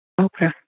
Okay